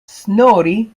snorri